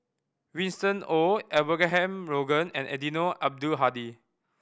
Winston Oh Abraham Logan and Eddino Abdul Hadi